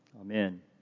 Amen